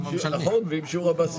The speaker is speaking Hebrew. ואם שיעור המס